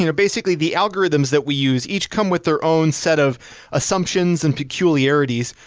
you know basically, the algorithms that we use each come with their own set of assumptions and peculiarities.